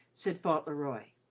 said fauntleroy.